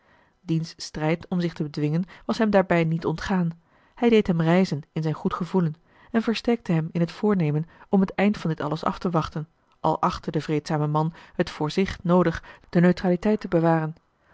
diens strijd om zich te bedwingen was hem daarbij niet ontgaan hij deed hem rijzen in zijn goed gevoelen en versterkte hem in t voornemen om het eind van dit alles af te wachten al achtte de vreedzame man het voor zich noodig de neutraliteit te bewaren